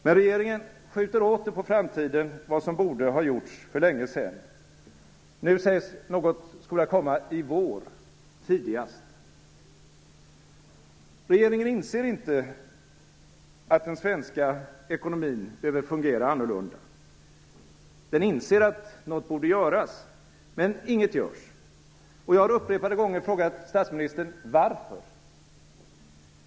Men regeringen skjuter åter på framtiden vad som borde ha gjorts för länge sedan. Nu sägs något komma i vår - Regeringen inser inte att den svenska ekonomin behöver fungera annorlunda. Den inser att något borde göras. Men inget görs. Jag har upprepade gånger frågat statsministern: Varför?